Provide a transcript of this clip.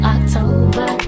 October